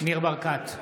ניר ברקת,